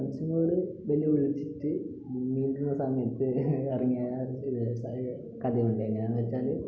ഫ്രെണ്ട്സിനോട് വെല്ല് വിളിച്ചിട്ട് പിന്നിടുള്ള സമയത്ത് ഇറങ്ങിയാ ചെയ്ത സ കഥ ഉണ്ട് എങ്ങനാണ് വെച്ചാൽ